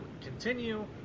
continue